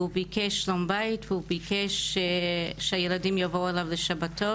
והוא ביקש שלום בית והוא ביקש שהילדים יבואו אליו לשבתות,